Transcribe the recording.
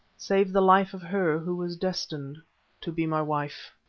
saved the life of her who was destined to be my wife.